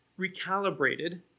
recalibrated